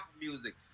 Music